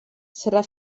serà